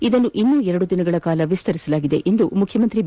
ಇದನ್ನು ಇನ್ನೂ ಎರಡು ದಿನಗಳ ಕಾಲ ವಿಸ್ತರಿಸಲಾಗಿದೆ ಎಂದು ಮುಖ್ಯಮಂತ್ರಿ ಬಿ